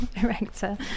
director